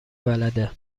بلده